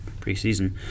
preseason